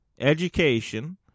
education